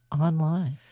online